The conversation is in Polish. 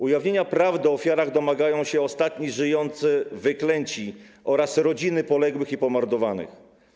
Ujawnienia prawdy o ofiarach domagają się ostatni żyjący wyklęci oraz rodziny poległych i pomordowanych.